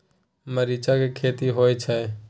मरीच के खेती होय छय?